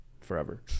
forever